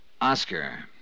Oscar